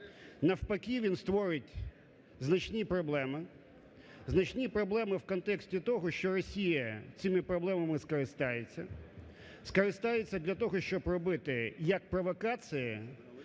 Навпаки він створить значні проблеми. Значні проблеми в контексті того, що Росія цими проблемами скористається, скористається для того, щоб робити як провокації,